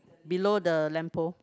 below the lamp pole